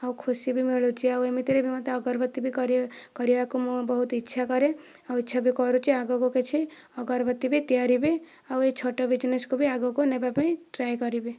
ଆଉ ଖୁସି ବି ମିଳୁଛି ଆଉ ଏମିତିରେ ମୋତେ ଅଗରବତୀ ବି କରିବା କରିବାକୁ ମୁଁ ବହୁତ ଇଚ୍ଛା କରେ ଆଉ ଇଚ୍ଛା ବି କରୁଛି ଆଗକୁ କିଛି ଅଗରବତୀ ବି ତିଆରି ବି ଆଉ ଏଇ ଛୋଟ ବିଜନେସ୍ କୁ ବି ଆଗକୁ ନେବା ପାଇଁ ଟ୍ରାଏ କରିବି